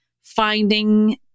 finding